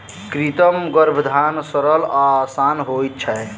कृत्रिम गर्भाधान सरल आ आसान होइत छै